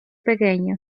pequeño